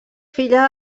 filla